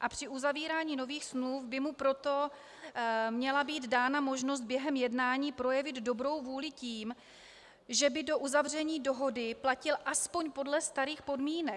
a při uzavírání nových smluv by mu proto měla být dána možnost projevit dobrou vůli tím, že by do uzavření dohody platil aspoň podle starých podmínek.